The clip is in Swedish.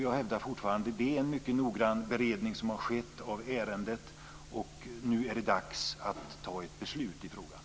Jag hävdar fortfarande att det är en mycket noggrann beredning som har skett av ärendet, och nu är det dags att fatta ett beslut i frågan.